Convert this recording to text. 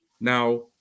now